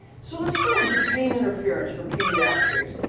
so let's start with the pain interference for pediatrics.